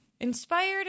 Inspired